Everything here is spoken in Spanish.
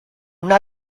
una